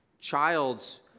Childs